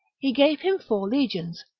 he gave him four legions,